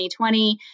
2020